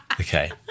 Okay